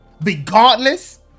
regardless